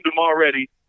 already